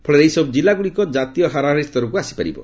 ଫଳରେ ଏହିସବୁ ଜିଲ୍ଲାଗୁଡ଼ିକ ଜାତୀୟ ହାରାହାରି ସ୍ତରକୁ ଆସିପାରିବ